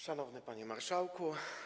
Szanowny Panie Marszałku!